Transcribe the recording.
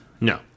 No